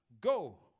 Go